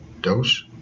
dose